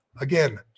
Again